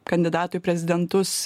kandidatų į prezidentus